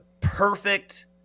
perfect